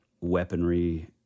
weaponry